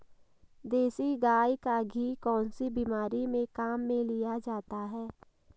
देसी गाय का घी कौनसी बीमारी में काम में लिया जाता है?